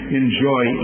enjoy